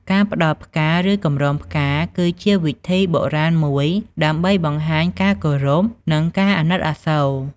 ការផ្ដល់ផ្កា ឬកម្រងផ្កាគឺជាវិធីបុរាណមួយដើម្បីបង្ហាញការគោរព និងការអាណិតអាសូរ។